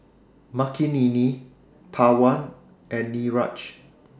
Makineni Pawan and Niraj